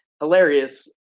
hilarious